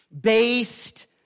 based